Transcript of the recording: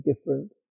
different